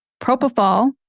Propofol